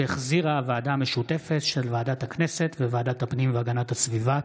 שהחזירה הוועדה המשותפת של ועדת הכנסת וועדת הפנים והגנת הסביבה.